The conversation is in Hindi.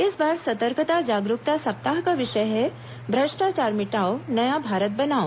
इस बार सतर्कता जागरूकता सप्ताह का विषय है भ्रष्टाचार मिटाओ नया भारत बनाओ